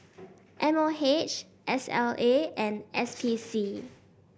M O H S L A and S P C